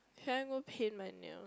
can I go paint my nail